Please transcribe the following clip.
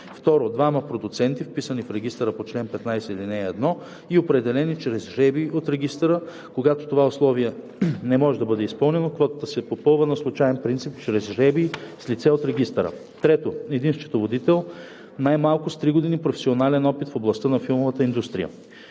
2. двама продуценти, вписани в регистъра по чл. 15, ал. 1 и определени чрез жребий от регистъра; когато това условие не може да бъде изпълнено, квотата се попълва на случаен принцип чрез жребий с лице от регистъра; 3. един счетоводител – най-малко с три години професионален опит в областта на филмовата индустрия.